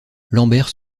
lambert